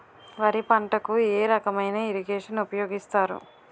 వరి పంటకు ఏ రకమైన ఇరగేషన్ ఉపయోగిస్తారు?